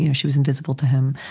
you know she was invisible to him.